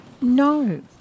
No